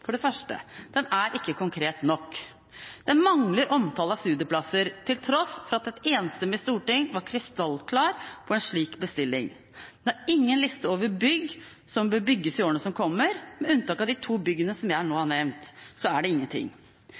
For det første: Langtidsplanen er ikke konkret nok. Den mangler omtale av studieplasser, til tross for at et enstemmig storting var krystallklart på en slik bestilling. Den har ingen liste over bygg som bør bygges i årene som kommer. Med unntak av de to byggene som jeg nå har nevnt, er det ingenting.